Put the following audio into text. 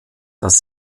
dass